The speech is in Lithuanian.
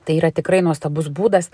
tai yra tikrai nuostabus būdas